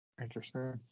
Interesting